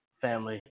family